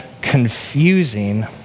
confusing